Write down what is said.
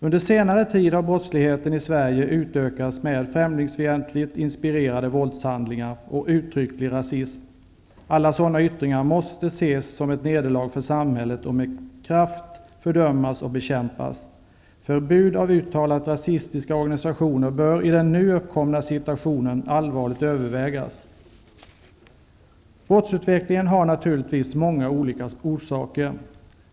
Under senare tid har brottsligheten i Sverige utökats med främlingsfientligt inspirerade våldshandlingar och uttrycklig rasism. Alla sådana yttringar måste ses som ett nederlag för samhället och med kraft fördömas och bekämpas. Förbud för uttalat rasistiska organisationer bör i den nu uppkomna situationen allvarligt övervägas. Brottsutvecklingen har naturligtvis många olika orsaker.